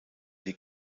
die